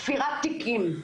תפירת תיקים.